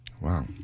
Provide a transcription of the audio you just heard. Wow